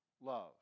love